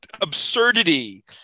absurdity